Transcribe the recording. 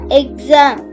exam